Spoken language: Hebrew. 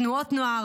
בתנועות נוער,